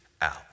out